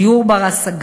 דיור בר-השגה,